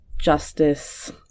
Justice